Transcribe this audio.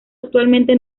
actualmente